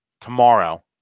tomorrow